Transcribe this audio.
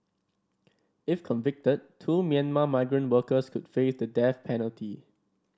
if convicted two Myanmar migrant workers could face the death penalty